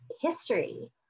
history